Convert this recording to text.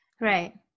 right